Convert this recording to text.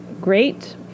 great